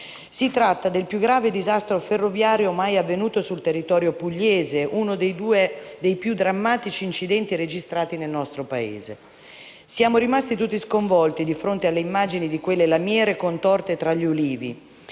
Si tratta del più grave disastro ferroviario mai avvenuto sul territorio pugliese, uno dei più drammatici incidenti registrati nel nostro Paese. Siamo rimasti tutti sconvolti di fronte alle immagini di quelle lamiere contorte fra gli ulivi.